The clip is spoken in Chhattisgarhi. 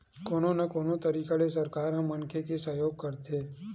कोनो न कोनो तरिका ले सरकार ह मनखे के सहयोग करथे